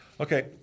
Okay